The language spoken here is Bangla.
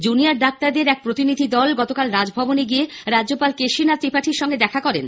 জুনিয়র ডাক্তারদের এক প্রতিনিধি দল গতকাল রাজভবনে রাজ্যপাল কেশরিনাথ ত্রিপাঠীর সঙ্গে দেখা করেন